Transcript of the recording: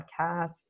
podcasts